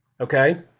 Okay